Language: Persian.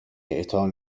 اعطا